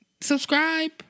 Subscribe